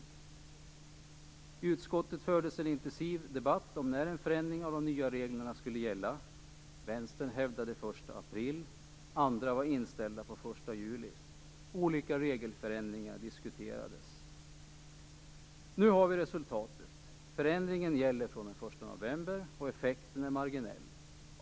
I utskottet fördes en intensiv debatt om när förändringen och de nya reglerna skulle börja gälla. Vänsterpartiet hävdade den 1 april, andra var inställda på den 1 juli. Olika regelförändringar diskuterades. Nu har vi resultatet: Förändringen gäller från den 1 november, och effekten är marginell.